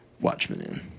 Watchmen